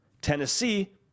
Tennessee